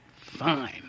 Fine